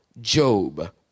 Job